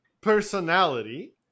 personality